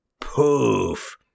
Poof